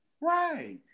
Right